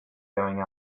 going